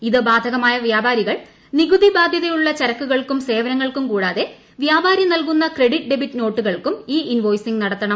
ഇത് ബാധകമായ വ്യാപാരികൾ നികുതി ബാധൃതയുള്ള ചരക്കുകൾക്കും സേവനങ്ങൾക്കും കൂടാതെ വ്യാപാരി നൽകുന്ന ക്രെഡിറ്റ് ഡെബിറ്റ് നോട്ടുകൾക്കും ഇ ഇൻവോയ്സിംഗ് നടത്തണം